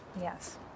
Yes